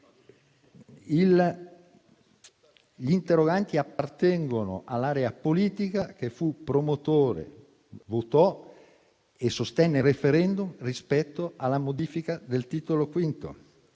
Gli interroganti appartengono all'area politica che fu promotrice, votò e sostenne il *referendum* rispetto alla modifica del Titolo V.